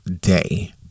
day